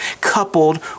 coupled